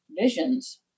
visions